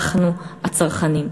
אנחנו הצרכנים.